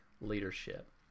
leadership